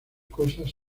cosas